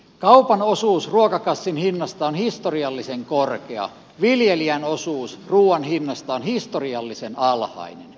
kaupan osuus ruokakassin hinnasta on historiallisen korkea viljelijän osuus ruuan hinnasta on historiallisen alhainen